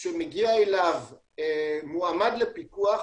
כשמגיע אליו מועמד לפיקוח,